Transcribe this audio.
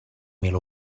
mil